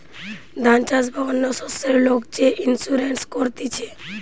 ধান চাষ বা অন্য শস্যের লোক যে ইন্সুরেন্স করতিছে